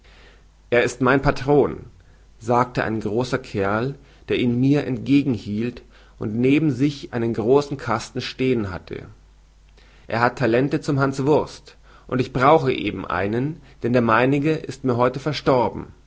er ist mein patron sagte ein großer kerl der ihn mir entgegenhielt und neben sich einen großen kasten stehen hatte er hat talente zum hanswurst und ich brauche eben einen denn der meinige ist mir heute verstorben